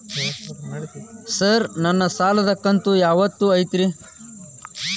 Sir ನನ್ನ ಸಾಲದ ಕಂತು ಯಾವತ್ತೂ ಐತ್ರಿ?